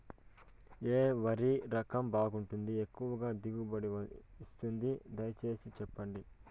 ఏ వరి రకం బాగుంటుంది, ఎక్కువగా దిగుబడి ఇస్తుంది దయసేసి చెప్పండి?